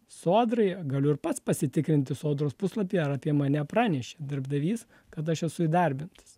sodrai galiu ir pats pasitikrinti sodros puslapyje ar apie mane pranešė darbdavys kad aš esu įdarbintas